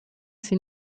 sie